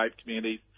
communities